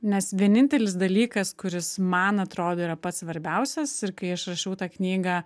nes vienintelis dalykas kuris man atrodo yra pats svarbiausias ir kai aš rašiau tą knygą